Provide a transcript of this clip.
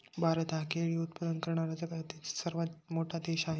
भारत हा केळी उत्पादन करणारा जगातील सर्वात मोठा देश आहे